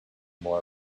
more